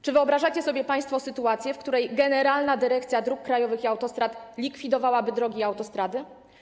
Czy wyobrażacie sobie państwo sytuację, w której Generalna Dyrekcja Dróg Krajowych i Autostrad likwidowałaby drogi i autostrady?